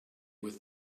with